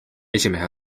esimehe